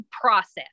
process